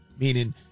meaning